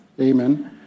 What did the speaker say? Amen